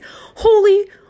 Holy